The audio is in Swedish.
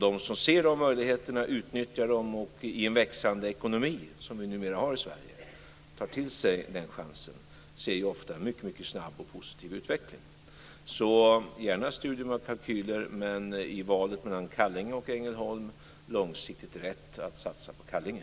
De som ser de möjligheterna, utnyttjar dem och i en växande ekonomi - som vi nu har i Sverige - tar till sig denna chans ser ofta en mycket snabb och positiv utveckling. Gärna ett studium av kalkyler alltså, men i valet mellan Kallinge och Ängelholm är det långsiktigt rätt att satsa på Kallinge.